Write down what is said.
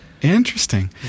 Interesting